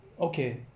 okay